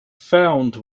found